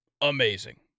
amazing